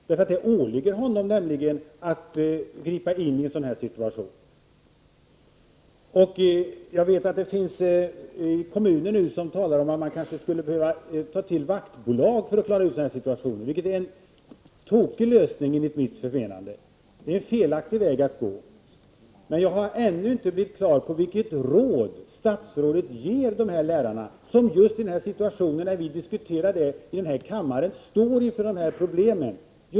Det åligger honom nämligen att gripa in i en sådan här situation. Jag vet att det finns kommuner där man talar om att man skulle behöva anlita vaktbolag för att klara situationen, vilket är en tokig lösning, enligt mitt förmenande. Det är en felaktig väg att gå. Men jag har ännu inte fått klart för mig vilket råd statsrådet ger de lärare som just nu, när vi diskuterar frågan i kammaren, står inför dessa problem.